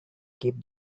keep